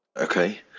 okay